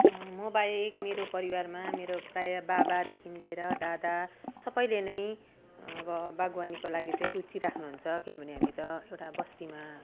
म बाहेक मेरो परिवारमा मेरो प्रायः बाबादेखि लिएर दादा सबले नै अब बागवानीको लागि चाहिँ रुचि राख्नु हुन्छ किनभने हामी त एउटा बस्तीमा